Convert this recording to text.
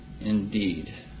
indeed